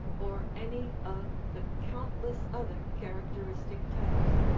or any of the countless other characteristic types.